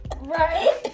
right